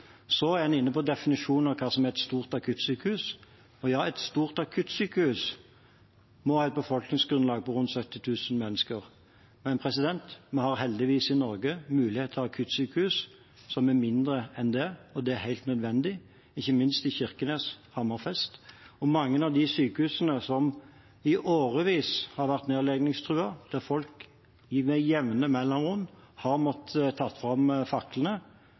Så er en inne på definisjonen av hva som er et stort akuttsykehus. Et stort akuttsykehus må ha et befolkningsgrunnlag på rundt 70 000 mennesker. Men i Norge har vi heldigvis mulighet til å ha akuttsykehus som er mindre enn det, og det er helt nødvendig, ikke minst i Kirkenes og Hammerfest. Ved mange av de sykehusene som i årevis har vært nedleggingstruet, der folk med jevne mellomrom har måttet ta fram faklene,